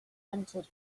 entered